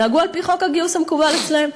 נהגו על-פי חוק הגיוס המקובל אצלם.